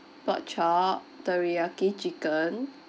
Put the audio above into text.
pork chop teriyaki chicken